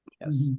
Yes